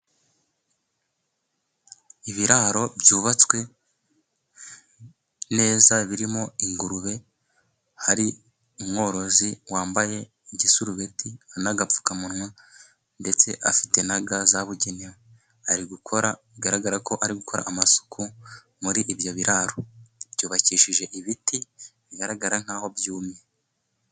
Ibiraro byubatswe neza birimo ingurube, hari umworozi wambaye igisurubeti n'agapfukamunwa, ndetse afite naga zabugenewe. Ari gukora bigaragara ko ari gukora amasuku muri ibyo biraro. Byubakishije ibiti bigaragara nk'aho byumye.